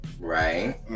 Right